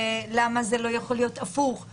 למה זה לא יכול להיות הפוך,